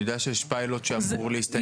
אני יודע שיש פיילוט שאמור להסתיים.